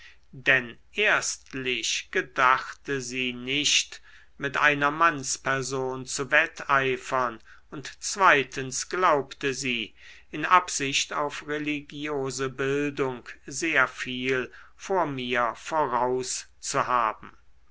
denn erstlich gedachte sie nicht mit einer mannsperson zu wetteifern und zweitens glaubte sie in absicht auf religiose bildung sehr viel vor mir